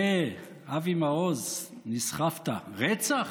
אה, אבי מעוז, נסחפת, רצח?